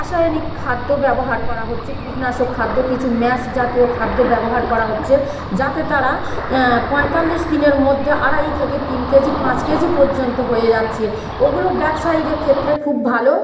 রাসায়নিক খাদ্য ব্যবহার করা হচ্ছে কীটনাশক খাদ্য কিছু ম্যাশ জাতীয় খাদ্য ব্যবহার করা হচ্ছে যাতে তারা পঁয়তাল্লিশ দিনের মধ্যে আড়াই থেকে তিন কেজি পাঁচ কেজি পর্যন্ত হয়ে যাচ্ছে ওগুলো ব্যবসায়ীদের ক্ষেত্রে খুব ভালো